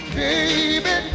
baby